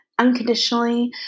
unconditionally